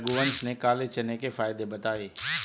रघुवंश ने काले चने के फ़ायदे बताएँ